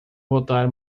voltar